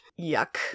Yuck